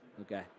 Okay